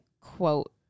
quote